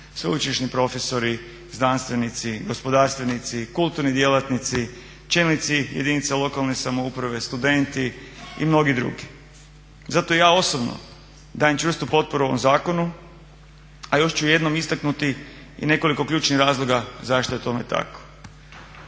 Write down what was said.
Sveučilišni profesori, znanstvenici, gospodarstvenici, kulturni djelatnici, čelnici jedinice lokalne samouprave, studenti i mnogi drugi. Zato ja osobno dajem čvrstu potporu ovom zakonu, a još ću jednom istaknuti i nekoliko ključnih razloga zašto je tome tako.